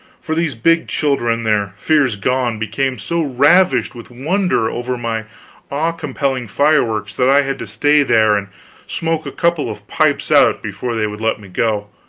for these big children, their fears gone, became so ravished with wonder over my awe-compelling fireworks that i had to stay there and smoke a couple of pipes out before they would let me go.